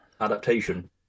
adaptation